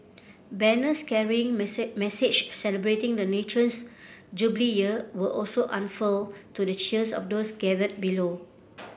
banners carrying message celebrating the nation's Jubilee Year were also unfurled to the cheers of those gathered below